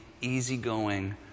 easygoing